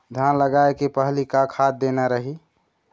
धान लगाय के पहली का खाद देना रही?